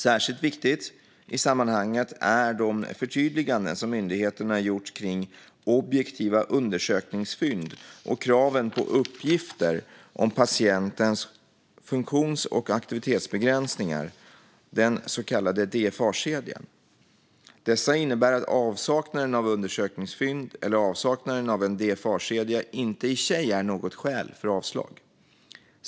Särskilt viktigt i sammanhanget är de förtydliganden som myndigheterna gjort kring objektiva undersökningsfynd och kraven på uppgifter om patientens funktions och aktivitetsbegränsningar, den så kallade DFA-kedjan. Detta innebär att avsaknaden av undersökningsfynd eller avsaknaden av en DFA-kedja inte i sig är något skäl för avslag.